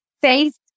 face